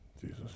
Jesus